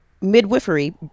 midwifery